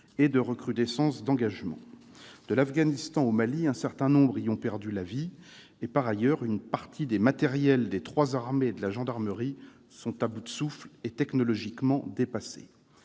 et de recrudescence des engagements. De l'Afghanistan au Mali, un certain nombre d'entre eux y ont perdu la vie. Par ailleurs, une partie des matériels des trois armées et de la gendarmerie est à bout de souffle et technologiquement dépassée.